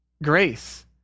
Grace